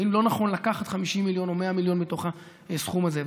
האם לא נכון לקחת 50 מיליון או 100 מיליון מתוך הסכום הזה,